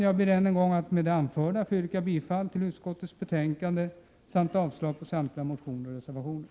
Jag ber än en gång att med det anförda få yrka bifall till utskottets hemställan samt avslag på samtliga motioner och reservationer.